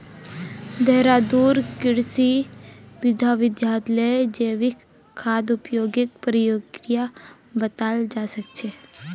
देहरादून कृषि विश्वविद्यालयत जैविक खाद उपयोगेर प्रक्रिया बताल जा छेक